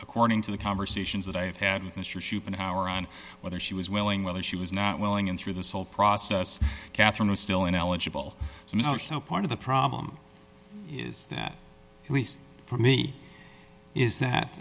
according to the conversations that i have had with mr shoop an hour on whether she was willing whether she was not willing and through this whole process catherine was still ineligible part of the problem is that at least for me is that